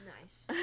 Nice